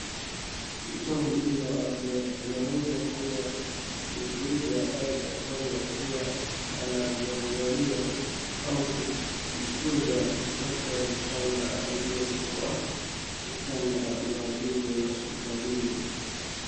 Mtowa huduma wa afya inaweza kuwa muguza au daktari akiwa anamuangalia au kumtunza mtoto mchanga aliye kwa kitanda maalum ya hospitalini.